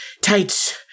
tights